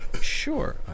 Sure